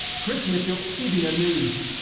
chris mitchell, cbn news.